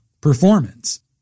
Performance